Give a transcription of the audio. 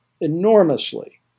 enormously